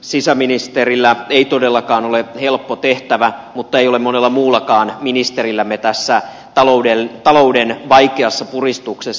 sisäministerillä ei todellakaan ole helppo tehtävä mutta ei ole monella muullakaan ministerillämme tässä talouden vaikeassa puristuksessa